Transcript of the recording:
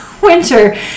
winter